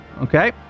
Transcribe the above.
Okay